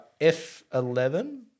F11